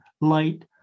light